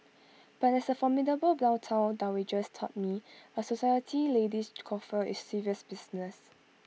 but as the formidable downtown dowagers taught me A society lady's coiffure is serious business